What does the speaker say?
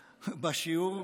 בשיעור.